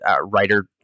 writer-